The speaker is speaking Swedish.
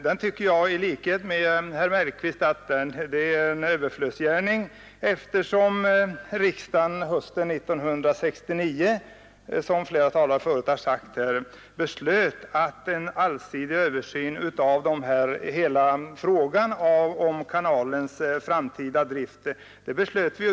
Men i likhet med herr Mellqvist tycker jag att det är en överloppsgärning eftersom riksdagen hösten 1969, som flera talare förut har sagt, beslöt att man skall göra en allsidig översyn av hela frågan om kanalens framtida drift.